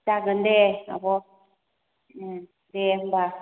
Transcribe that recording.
जागोन दे आब' दे होनबा